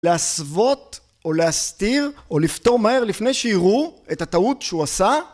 להסוות או להסתיר או לפתור מהר לפני שיראו את הטעות שהוא עשה